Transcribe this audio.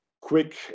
quick